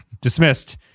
dismissed